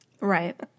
right